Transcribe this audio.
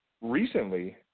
recently